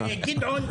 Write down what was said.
וגדעון.